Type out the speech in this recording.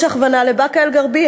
יש הכוונה לבאקה-אלע'רבייה.